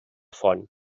font